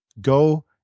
Go